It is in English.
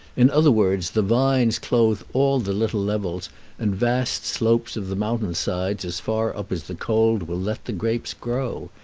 in other words, the vines clothe all the little levels and vast slopes of the mountain-sides as far up as the cold will let the grapes grow.